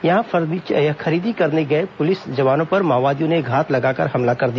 यहां खरीदारी करने गए पुलिस जवानों पर माओवादियों ने घात लगाकर हमला कर दिया